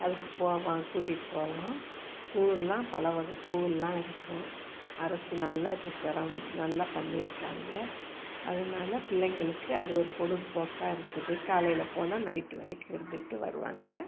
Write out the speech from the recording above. அதுக்கு போவோம் கூட்டிட்டு போவோம் பூலாம் பலவகை பூலாம் இருக்கும் அரசு நல்லா இப்போ செரமம் நல்லா பண்ணியிருக்காங்க அதனால் பிள்ளைகளுக்கு அது ஒரு பொழுதுபோக்கா இருக்குது காலையில் போனால் நைட்டு வரைக்கும் இருந்துட்டு வருவாங்க